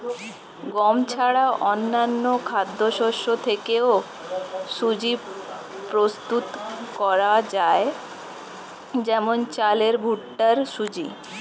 গম ছাড়া অন্যান্য খাদ্যশস্য থেকেও সুজি প্রস্তুত করা যায় যেমন চালের ভুট্টার সুজি